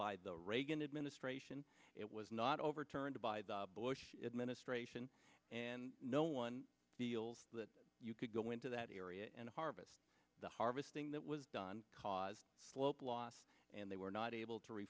by the reagan administration it was not overturned by the bush administration and no one deals that you could go into that area and harvest the harvesting that was done caused slope loss and they were not able to